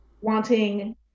wanting